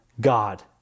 God